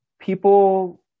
people